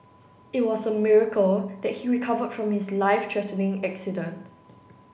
it was a miracle that he recovered from his life threatening accident